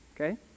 okay